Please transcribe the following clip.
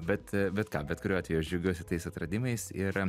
bet bet ką bet kuriuo atveju aš džiaugiuosi tais atradimais ir